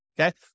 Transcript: Okay